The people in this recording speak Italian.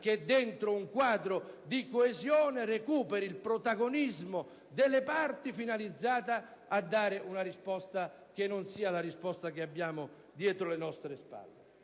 che, dentro un quadro di coesione, recuperi il protagonismo delle parti e che sia finalizzata a dare una risposta che non sia quella che abbiamo dietro le nostre spalle.